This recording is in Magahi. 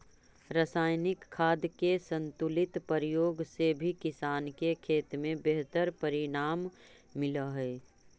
रसायनिक खाद के संतुलित प्रयोग से भी किसान के खेत में बेहतर परिणाम मिलऽ हई